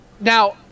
Now